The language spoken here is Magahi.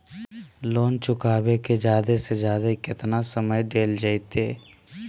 लोन चुकाबे के जादे से जादे केतना समय डेल जयते?